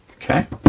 okay,